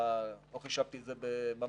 לא חישבתי את זה ממש,